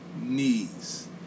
knees